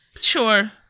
Sure